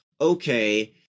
okay